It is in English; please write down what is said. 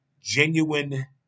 genuine